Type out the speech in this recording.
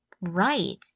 right